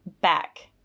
back